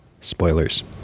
spoilers